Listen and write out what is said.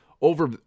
Over